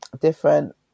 different